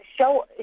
show